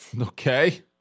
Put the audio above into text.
Okay